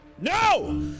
No